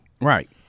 Right